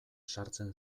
sartzen